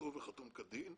כתוב וחתום כדין,